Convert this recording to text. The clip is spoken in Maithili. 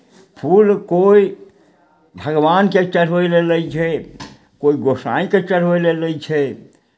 फूल कोइ भगवानकेँ चढ़बै लए लै छै कोइ गोसाइँकेँ चढ़बै लए लै छै